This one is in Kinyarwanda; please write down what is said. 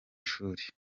ishuri